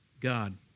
God